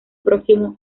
próximo